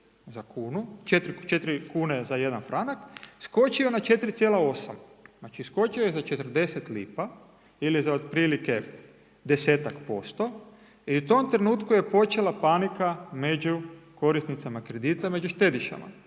za kunu, 4,00 kn za 1 CHF skočio na 4,8, znači, skočio je za 0,40 kn ili za otprilike 10-tak% i u tom trenutku je počela panika među korisnicima kredita među štedišama